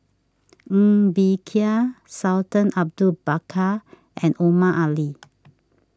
Ng Bee Kia Sultan Abu Bakar and Omar Ali